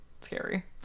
scary